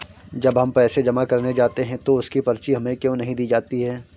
जब हम पैसे जमा करने जाते हैं तो उसकी पर्ची हमें क्यो नहीं दी जाती है?